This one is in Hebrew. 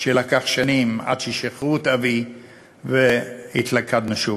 לקח שנים עד ששחררו את אבי והתלכדנו שוב.